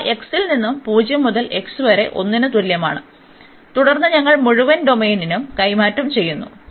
അവ x ൽ നിന്ന് 0 മുതൽ x വരെ 1 ന് തുല്യമാണ് തുടർന്ന് ഞങ്ങൾ മുഴുവൻ ഡൊമെയ്നും കൈമാറ്റം ചെയ്യുന്നു